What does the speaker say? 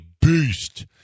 beast